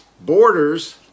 borders